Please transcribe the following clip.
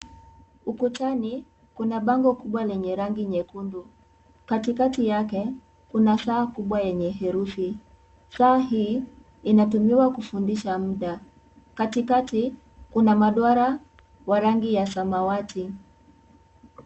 Ukutani kuna bangao kubwa lenye rangi nyekundu katikati yake kuna saa kubwa yenye herufi ,saa hii inatumiwa kufundisha muda katikati kuna maduara ya rangi ya samawati.